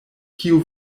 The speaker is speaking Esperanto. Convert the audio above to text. kiu